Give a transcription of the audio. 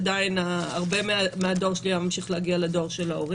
עדין הרבה מהדואר שלי היה ממשיך להגיע לדואר של ההורים.